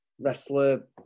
wrestler